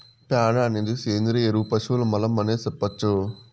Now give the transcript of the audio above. ప్యాడ అనేది సేంద్రియ ఎరువు పశువుల మలం అనే సెప్పొచ్చు